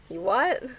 he what